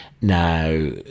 Now